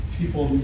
people